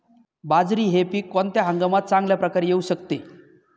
बाजरी हे पीक कोणत्या हंगामात चांगल्या प्रकारे येऊ शकते?